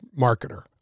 marketer